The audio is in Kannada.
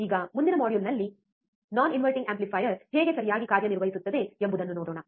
ಈಗ ಮುಂದಿನ ಮಾಡ್ಯೂಲ್ನಲ್ಲಿ ಇನ್ವರ್ಟಿಂಗ್ ಆಗದ ಆಂಪ್ಲಿಫಯರ್ ಹೇಗೆ ಸರಿಯಾಗಿ ಕಾರ್ಯನಿರ್ವಹಿಸುತ್ತದೆ ಎಂಬುದನ್ನು ನೋಡೋಣ